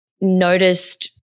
noticed